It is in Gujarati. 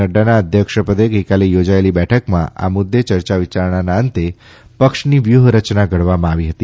નફાના અધ્યક્ષપદે ગઇકાલે યોજાયેલી બેઠકમાં આ મુદ્દે ચર્ચા વિચારણાના અંતે પક્ષની વ્યુહરચના ઘડવામાં આવી હતી